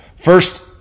First